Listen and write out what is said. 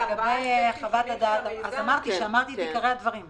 לגבי חוות הדעת, אמרתי את עיקרי הדברים.